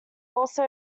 also